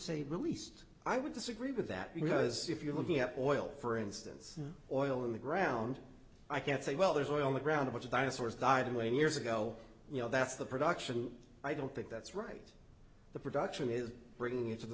say released i would disagree with that because if you're looking at oil for instance oil in the ground i can't say well there's oil in the ground but the dinosaurs died away years ago you know that's the production i don't think that's right the production is bringing it to the